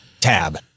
Tab